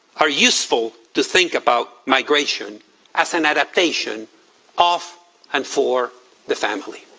are useful to think about migration as an adaptation of and for the family.